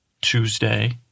Tuesday